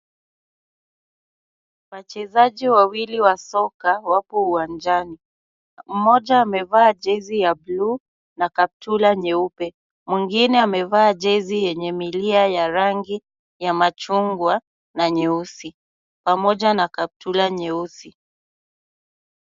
Wachezaji wawili wa soka, wapo uwanjani. Mmoja amevaa jezi ya bluu na kaptula nyeupe. Mwingine amevaa jezi yenye milia ya rangi ya machungwa na nyeusi pamoja na kaptula nyeusi.